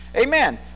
Amen